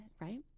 right